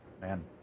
Man